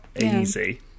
Easy